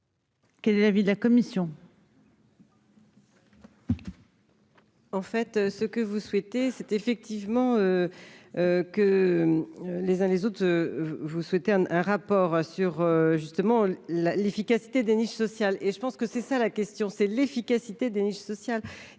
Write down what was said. Quel est l'avis de la commission ?